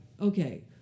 okay